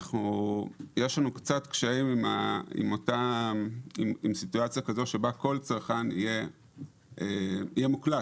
יש לנו קצת קשיים עם סיטואציה כזאת שבה כל צרכן יהיה מוקלט,